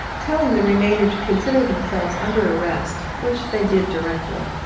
telling the remainder to consider themselves under arrest, which they did directly.